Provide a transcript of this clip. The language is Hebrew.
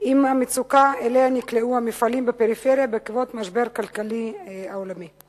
עם המצוקה שאליה נקלעו המפעלים בפריפריה בעקבות המשבר הכלכלי העולמי.